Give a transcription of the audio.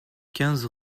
quinze